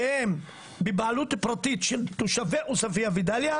שהן בבעלות פרטית של תושבי עוספיה ודאליה,